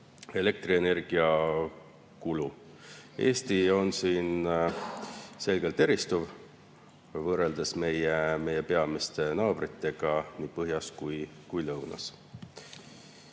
elektrienergiakulu. Eesti on siin selgelt eristuv võrreldes meie peamiste naabritega nii põhjas kui ka lõunas.